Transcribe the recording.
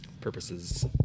purposes